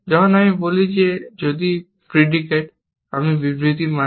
যখন আমি বলি যদি predicate আমি একটি বিবৃতি মানে